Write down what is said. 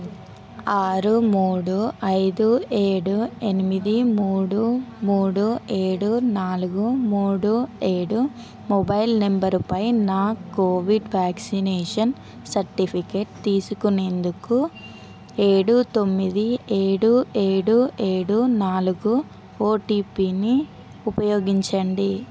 ఆరు మూడు ఐదు ఏడు ఎనిమిది మూడు మూడు ఏడు నాలుగు మూడు ఏడు మొబైల్ నంబర్పై నా కోవిడ్ వ్యాక్సినేషన్ సర్టిఫికేట్ తీసుకునేందుకు ఏడు తొమ్మిది ఏడు ఏడు ఏడు నాలుగు ఓటీపీని ఉపయోగించండి